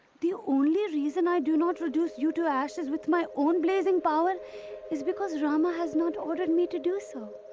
the only reason i do not reduce you to ashes with my own blazing power is because rama has not ordered me to do so.